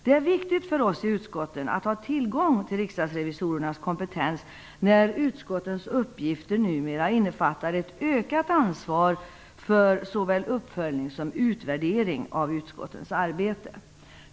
Det är viktigt för oss i utskotten att ha tillgång till riksdagsrevisorernas kompetens när utskottens uppgifter numera innefattar ett ökat ansvar för såväl uppföljning som utvärdering av utskottens arbete.